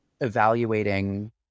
evaluating